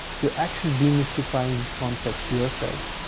you're actually demystifying these concepts yourself,